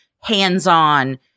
hands-on